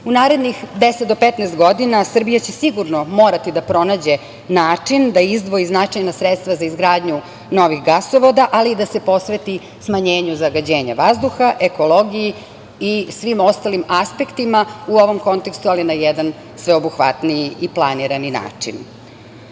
narednih 10 do 15 godina Srbija će sigurno morati da pronađe način da izdvoji značajna sredstva za izgradnju novih gasovoda, ali i da se posveti smanjenju zagađenja vazduha, ekologiji i svim ostalim aspektima u ovom kontekstu, ali na jedan sveobuhvatniji i planirani